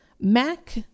MAC